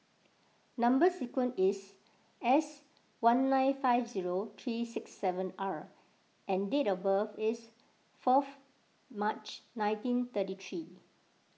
Number Sequence is S one nine five zero three six seven R and date of birth is forth March nineteen thirty three